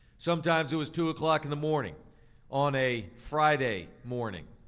sometimes it was two o'clock in the morning on a friday morning,